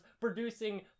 producing